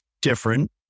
different